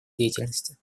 деятельности